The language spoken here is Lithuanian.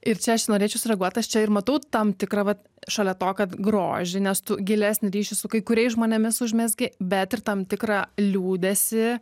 ir čia aš norėčiau sureaguot aš čia ir matau tam tikrą vat šalia to kad grožį nes tu gilesnį ryšį su kai kuriais žmonėmis užmezgi bet ir tam tikrą liūdesį